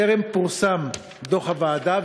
טרם פורסם דוח הוועדה.